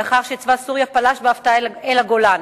לאחר שצבא סוריה פלש בהפתעה אל הגולן,